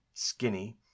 skinny